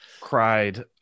cried